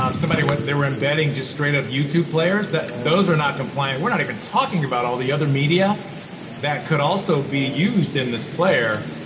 um somebody went, they were embedding just straight up youtube players? those are not compliant, we're not even talking about all the other media that could also be used in this player,